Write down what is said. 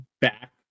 back